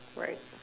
right